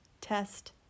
test